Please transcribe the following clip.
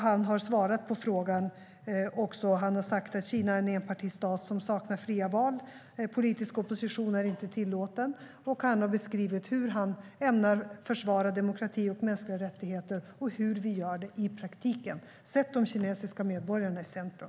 Han har svarat på frågan, och han har sagt att Kina är en enpartistat som saknar fria val och att politisk opposition inte är tillåten. Han har beskrivit hur han ämnar försvara demokrati och mänskliga rättigheter och hur vi gör det i praktiken. Sätt de kinesiska medborgarna i centrum!